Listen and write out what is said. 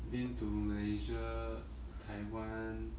been to malaysia taiwan